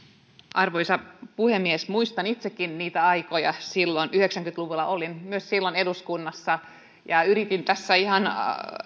arvoisa puhemies muistan itsekin aikoja yhdeksänkymmentä luvulla olin myös silloin eduskunnassa ja yritin tässä ihan